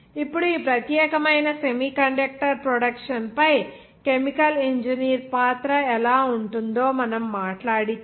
ఇప్పుడు ఈ ప్రత్యేకమైన సెమీకండక్టర్ ప్రొడక్షన్ పై కెమికల్ ఇంజనీర్ పాత్ర ఎలా ఉంటుందో మనం మాట్లాడితే